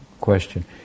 question